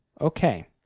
Okay